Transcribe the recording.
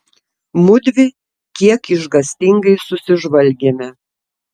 mudvi kiek išgąstingai susižvelgėme